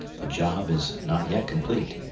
the job is not yet complete.